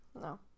No